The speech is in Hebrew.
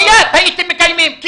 מייד הייתם מקיימים.